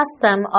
custom